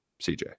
cj